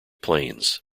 plains